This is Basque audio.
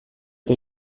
eta